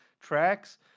tracks